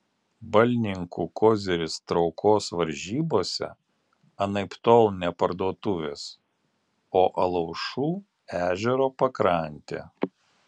balninkų koziris traukos varžybose anaiptol ne parduotuvės o alaušų ežero pakrantė